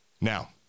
Now